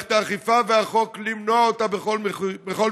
ולמערכת אכיפת החוק, למנוע אותה בכל מחיר.